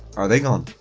are they gone?